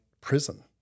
prison